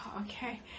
okay